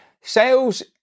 Sales